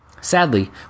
Sadly